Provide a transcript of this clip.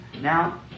Now